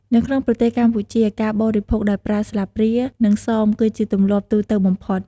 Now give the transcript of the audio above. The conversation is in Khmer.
នៅក្នុងប្រទេសកម្ពុជា ការបរិភោគដោយប្រើស្លាបព្រា និងសមគឺជាទម្លាប់ទូទៅបំផុត។